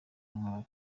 ntwali